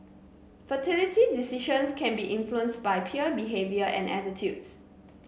fertility decisions can be influenced by peer behaviour and attitudes